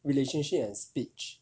relationship and speech